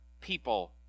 people